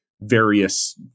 various